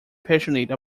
passionate